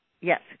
Yes